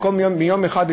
במקום ליום אחד,